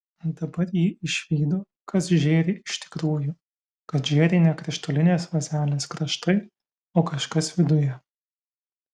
dabar ji išvydo kas žėri iš tikrųjų kad žėri ne krištolinės vazelės kraštai o kažkas viduje